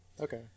Okay